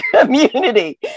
community